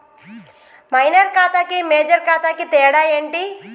Minor ఖాతా కి major ఖాతా కి తేడా ఏంటి?